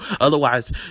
Otherwise